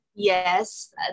yes